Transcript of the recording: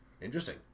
interesting